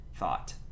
thought